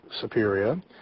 Superior